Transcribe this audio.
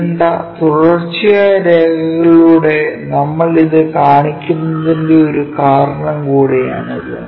ഇരുണ്ട തുടർച്ചയായ രേഖകളിലൂടെ നമ്മൾ ഇത് കാണിക്കുന്നതിന്റെ ഒരു കാരണം കൂടിയാണിത്